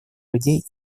людей